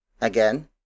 Again